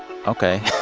ok.